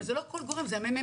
אבל זה לא כל גורם, זה הממ"מ.